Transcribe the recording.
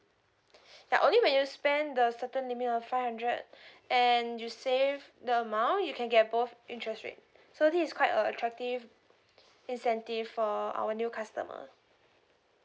ya only when you spend the certain limit of five hundred and you save the amount you can get both interest rate so this is quite a attractive incentive for our new customer